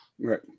Right